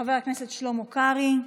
חבר הכנסת שלמה קרעי,